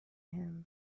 him